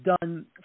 done